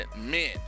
men